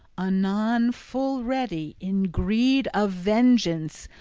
anon full ready in greed of vengeance,